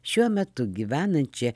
šiuo metu gyvenančia